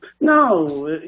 No